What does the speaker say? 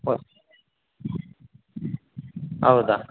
ಪ ಹೌದ